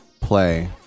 play